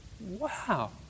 Wow